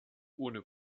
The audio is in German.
ohne